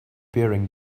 bearing